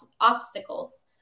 obstacles